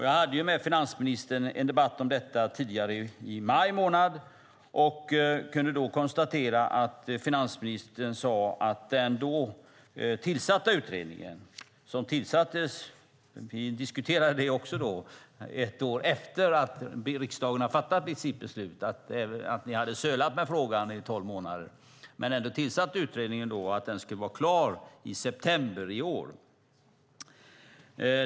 Jag hade med finansministern en debatt om detta i maj månad. Finansministern sade då att utredningen som tillsattes, som vi också diskuterade då, ett år efter att riksdagen hade fattat sitt beslut - ni hade sölat med frågan i tolv månader - skulle vara klar i september i år.